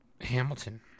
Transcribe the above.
Hamilton